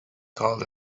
called